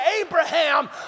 Abraham